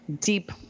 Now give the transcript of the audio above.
deep